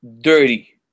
dirty